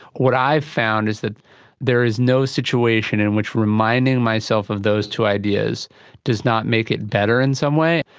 what i've found is that there is no situation in which reminding myself of those two ideas does not make it better in some way.